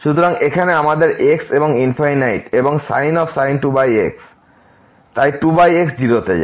সুতরাং এখানে আমাদের x আছে এবং sin 2x তাই 2x 0 তে যায়